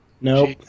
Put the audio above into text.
Nope